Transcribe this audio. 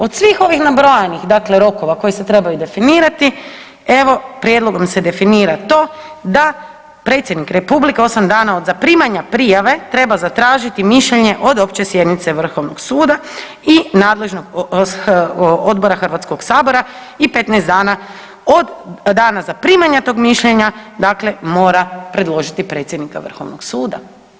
Od svih ovih nabrojanih dakle rokova koji se trebaju definirati evo prijedlogom se definira to da predsjednik republike 8 dana od zaprimanja prijave treba zatražiti mišljenje od opće sjednice Vrhovnog suda i nadležnog odbora Hrvatskog sabora i 15 dana od dana zaprimanja tog mišljenja dakle mora predložiti predsjednika Vrhovnog suda.